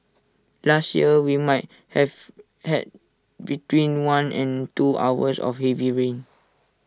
last year we might have had between one and two hours of heavy rain